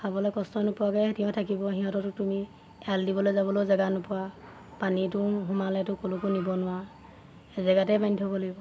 খাবলে কষ্ট নোপোৱাকে থাকিব সিহঁতকটো তুমি এৰাল দিবলৈ যাবলৈও জেগা নোপোৱা পানীটো সোমালেতো ক'লৈকো নিব নোৱাৰা জেগাতেই বান্ধি থ'ব লাগিব